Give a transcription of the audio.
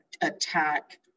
attack